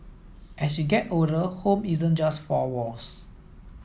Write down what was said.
as you get older home isn't just four walls